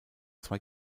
zwei